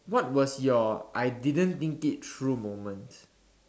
what was your I didn't think it through moment